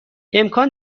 امکان